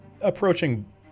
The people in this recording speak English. Approaching